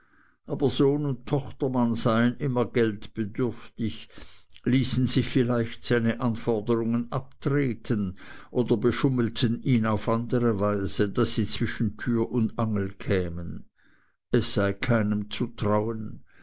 aber sohn und tochtermann seien immer geldbedürftig ließen sich vielleicht seine anforderungen abtreten oder beschummelten ihn auf andere weise daß sie zwischen tür und angel kämen es sei keinem zu trauen